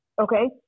Okay